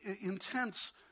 intense